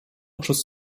przez